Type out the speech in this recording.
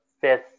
fifth